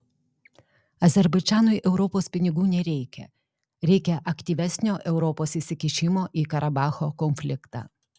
azerbaidžanui europos pinigų nereikia reikia aktyvesnio europos įsikišimo į karabacho konfliktą